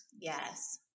Yes